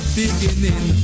beginning